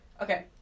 Okay